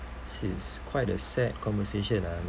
this is quite a sad conversation ah